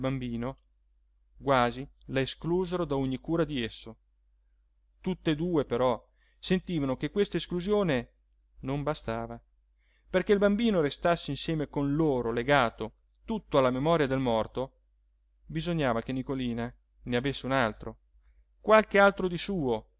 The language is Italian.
bambino quasi la esclusero da ogni cura di esso tutt'e due però sentivano che questa esclusione non bastava perché il bambino restasse insieme con loro legato tutto alla memoria del morto bisognava che nicolina ne avesse un altro qualche altro di suo